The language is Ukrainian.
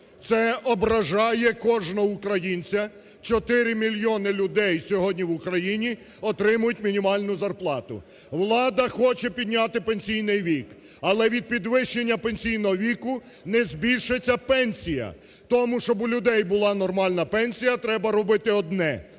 це ображає кожного українця, 4 мільйони людей сьогодні в Україні отримують мінімальну зарплату. Влада хоче підняти пенсійний вік. Але від підвищення пенсійного віку не збільшиться пенсія. Тому, щоб у людей була нормальна пенсія, треба робити одне